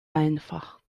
einfach